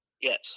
Yes